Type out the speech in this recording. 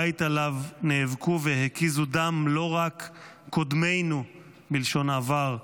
בית שעליו נאבקו והקיזו דם לא רק קודמינו בלשון עבר,